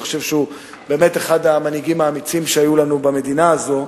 אני חושב שהוא באמת אחד המנהיגים האמיצים שהיו לנו במדינה הזאת.